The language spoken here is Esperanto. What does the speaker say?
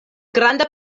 granda